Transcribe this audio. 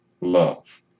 Love